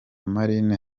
marine